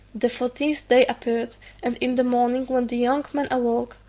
the fortieth day appeared and in the morning, when the young man awoke,